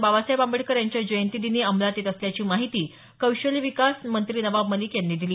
बाबासाहेब आंबेडकर यांच्या जयंतीदिनी अंमलात येत असल्याची माहिती कौशल्य विकास मंत्री नवाब मलिक यांनी दिली